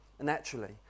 naturally